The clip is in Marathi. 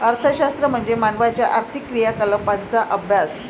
अर्थशास्त्र म्हणजे मानवाच्या आर्थिक क्रियाकलापांचा अभ्यास